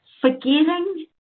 forgetting